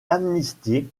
amnistié